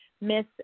Miss